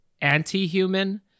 anti-human